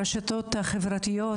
הרשתות החברתיות,